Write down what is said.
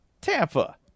Tampa